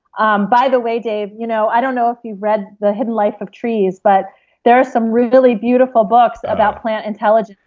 um by the way, dave, you know i don't know if you've read the hidden life of trees but there are some really beautiful books about plant intelligence.